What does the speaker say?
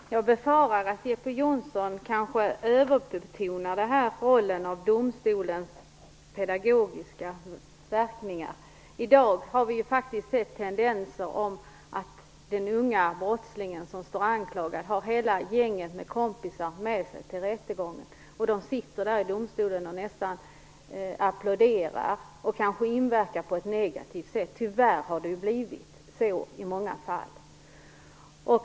Fru talman! Jag befarar att Jeppe Johnsson överbetonar domstolens pedagogiska roll. I dag ser vi tendenser till att den unga brottsling som står anklagad har hela gänget med kompisar med sig till rättegången. De applåderar nästan i domstolen och inverkar på ett negativt sätt. Tyvärr har det blivit så i många fall.